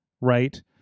Right